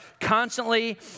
constantly